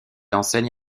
enseigne